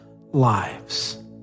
lives